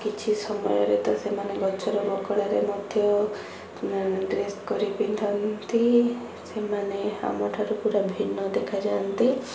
କିଛି ସମୟରେ ତ ସେମାନେ ଗଛର ବକଳାରେ ମଧ୍ୟ ଡ୍ରେସ କରି ପିନ୍ଧନ୍ତି ସେମାନେ ଆମଠାରୁ ପୁରା ଭିନ୍ନ ଦେଖାଯାଆନ୍ତି